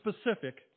specific